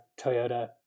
Toyota